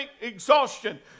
exhaustion